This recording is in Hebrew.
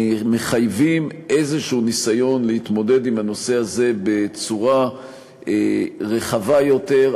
מחייבים איזה ניסיון להתמודד עם הנושא הזה בצורה רחבה יותר,